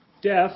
Death